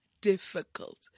difficult